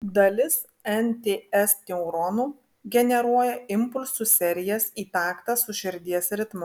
dalis nts neuronų generuoja impulsų serijas į taktą su širdies ritmu